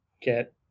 get